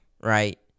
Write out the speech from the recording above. right